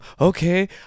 okay